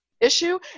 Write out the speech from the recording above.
issue